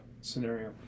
scenario